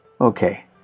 okay